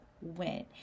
went